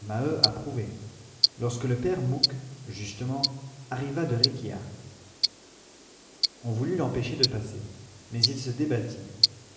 maheu approuvait lorsque le père mouque justement arriva de réquillart on voulut l'empêcher de passer mais il se débattit